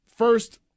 First